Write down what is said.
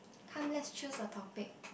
come let's choose a topic